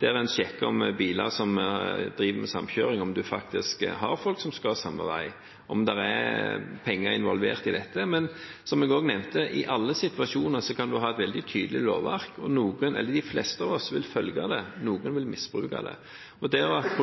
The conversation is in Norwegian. driver med samkjøring, faktisk har folk som skal samme vei, og om det er penger involvert i dette. Men som jeg også nevnte: I alle situasjoner kan en ha et veldig tydelig lovverk, og de fleste av oss vil følge det, mens noen vil misbruke det. Vurderinger av